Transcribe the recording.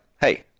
hey